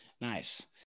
Nice